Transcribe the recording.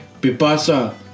pipasa